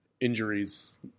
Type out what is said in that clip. injuries